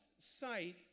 sight